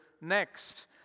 next